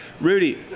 Rudy